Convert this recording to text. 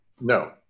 No